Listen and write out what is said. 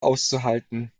auszuhalten